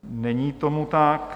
Není tomu tak.